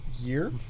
Year